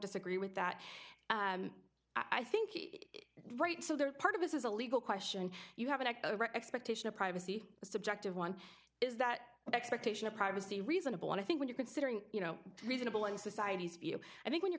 disagree with that i think right so they're part of this is a legal question you have an expectation of privacy a subjective one is that expectation of privacy reasonable i think when you considering you know reasonable and society's view i think when you're